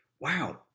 wow